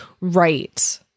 Right